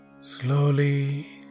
Slowly